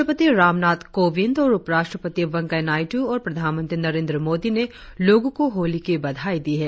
राष्ट्रपति रामनाथ कोविंद और उपराष्ट्रपति वेंकैया नायडु और प्रधानमंत्री नरेंद्र मोदी ने लोगों को होली की बधाई दी है